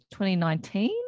2019